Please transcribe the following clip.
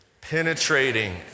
penetrating